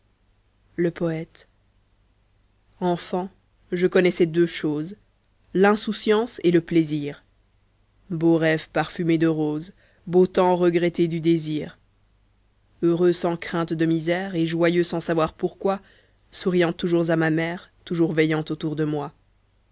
le poete enfant je connaissais deux choses l'insouciance et le plaisir beau rêve parfumé de roses beau temps regretté du désir heureux sans crainte de misère et joyeux sans savoir pourquoi souriant toujours à ma mère toujours veillant autour de moi